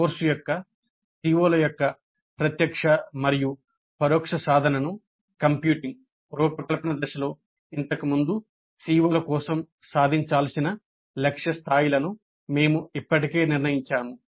course యొక్క CO ల యొక్క ప్రత్యక్ష మరియు పరోక్ష సాధనను కంప్యూటింగ్ రూపకల్పన దశలో ఇంతకుముందు CO ల కోసం సాధించాల్సిన లక్ష్య స్థాయిలను మేము ఇప్పటికే నిర్ణయించాము